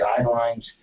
guidelines